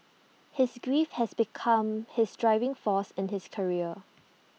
his grief has become his driving force in his career